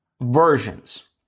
versions